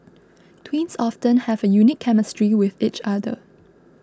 twins often have a unique chemistry with each other